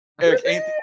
Eric